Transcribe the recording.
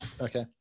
Okay